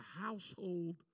household